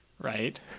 right